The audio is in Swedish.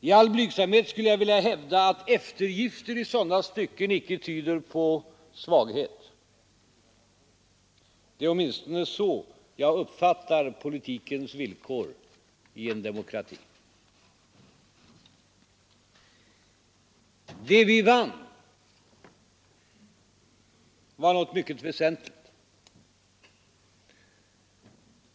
I all blygsamhet skulle jag vilja hävda att eftergifter i sådana stycken icke tyder på svaghet. Det är åtminstone så jag uppfattar politikens villkor i en demokrati. Det vi vann var något mycket väsentligt.